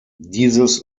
dieses